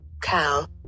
Cal